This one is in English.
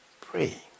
Pray